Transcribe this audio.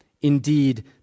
Indeed